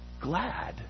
glad